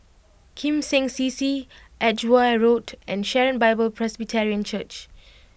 Kim Seng C C Edgware Road and Sharon Bible Presbyterian Church